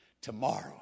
tomorrow